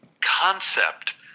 concept